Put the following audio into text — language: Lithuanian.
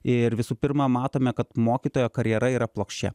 ir visų pirma matome kad mokytojo karjera yra plokščia